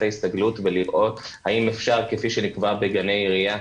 ההסתגלות ולראות האם אפשר כפי שנקבע בגני עירייה,